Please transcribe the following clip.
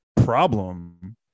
problem